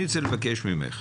אני רוצה לבקש ממך